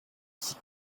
qui